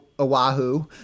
Oahu